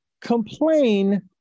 complain